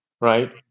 Right